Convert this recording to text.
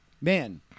man